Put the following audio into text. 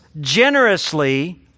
generously